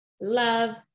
love